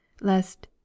lest